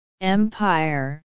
empire